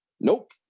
nope